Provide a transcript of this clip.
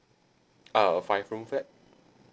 ah a five room flat